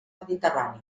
mediterrani